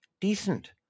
decent